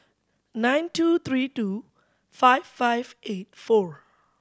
nine two three two five five eight four